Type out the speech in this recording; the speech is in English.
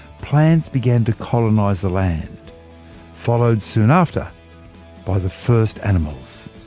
plants began to colonise the land followed soon after by the first animals.